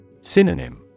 Synonym